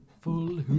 Full